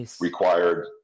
required